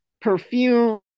perfume